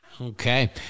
Okay